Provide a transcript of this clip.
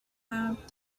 have